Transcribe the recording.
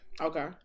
Okay